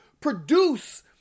produce